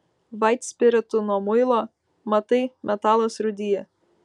vaitspiritu nuo muilo matai metalas rūdija